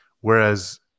Whereas